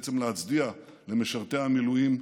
ובעצם להצדיע למשרתי המילואים,